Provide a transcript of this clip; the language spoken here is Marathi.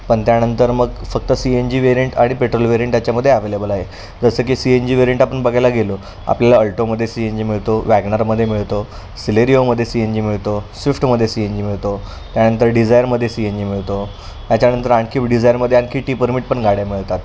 पण त्यानंतर मग फक्त सी एन जी वेरियंट आणि पेट्रोल वेरियंट याच्यामध्ये अवेलेबल आहे जसं की सी एन जी वेरियंट आपण बघायला गेलो आपल्याला अल्टोमध्ये सी एन जी मिळतो वॅगनरमध्ये मिळतो सिलेरिओमध्ये सी एन जी मिळतो स्विफ्टमध्ये सी एन जी मिळतो त्यानंतर डिझायरमध्ये सी एन जी मिळतो त्याच्यानंतर आणखी डिझायरमध्ये आणखी टी परमिट पण गाड्या मिळतात